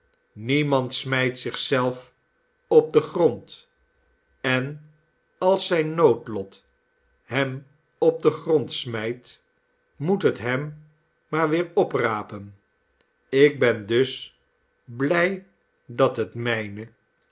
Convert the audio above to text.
niemand smijt zich zelf op den grond en als zijn noodlot hem op den grond smijt moet het hem maar weer oprapen ik ben dus blij dat het mijne